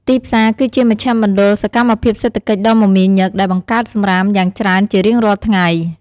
ទីផ្សារគឺជាមជ្ឈមណ្ឌលសកម្មភាពសេដ្ឋកិច្ចដ៏មមាញឹក ដែលបង្កើតសំរាមយ៉ាងច្រើនជារៀងរាល់ថ្ងៃ។